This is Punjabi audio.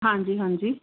ਹਾਂਜੀ ਹਾਂਜੀ